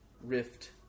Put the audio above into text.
rift